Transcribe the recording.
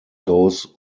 goes